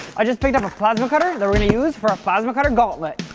i just picked up a plasma cutter that we're gonna use for a plasma cutter gauntlet.